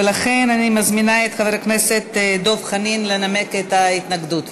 ולכן אני מזמינה את חבר הכנסת דב חנין לנמק את ההתנגדות.